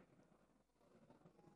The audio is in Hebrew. עשר דקות.